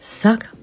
suck